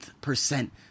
percent